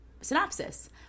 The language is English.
synopsis